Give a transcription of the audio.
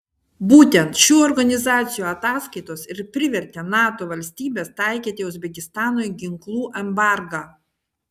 būtent šių organizacijų ataskaitos ir privertė nato valstybes taikyti uzbekistanui ginklų embargą